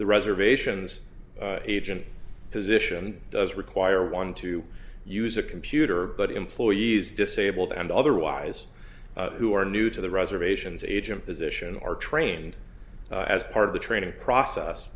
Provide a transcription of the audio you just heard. the reservations agent position does require one to use a computer but in ploy used disabled and otherwise who are new to the reservations agent position are trained as part of the training process